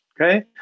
Okay